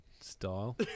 style